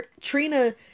Trina